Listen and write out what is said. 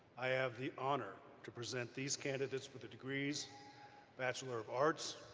i have the honor to present these candidates for the degrees bachelor of arts,